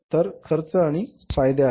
ते खर्च आणि फायदे आहेत